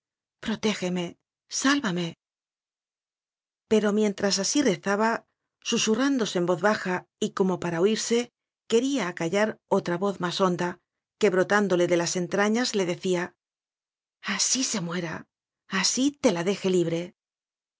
protégeme sálvame pero mientras así rezaba susurrándose en voz baja y como para oirse quería acallar otra voz más honda que brotándole de las entrañas le decía así se muera así te la deje libre